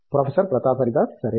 professor Pratap Haridas సరే